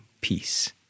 peace